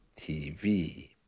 TV